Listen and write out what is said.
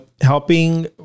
helping